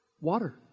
water